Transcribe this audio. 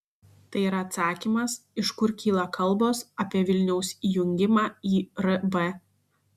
tai yra atsakymas iš kur kyla kalbos apie vilniaus įjungimą į rb